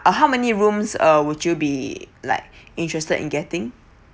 uh how many rooms uh would you be like interested in getting